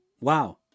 Wow